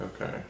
Okay